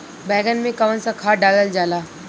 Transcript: बैंगन में कवन सा खाद डालल जाला?